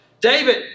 David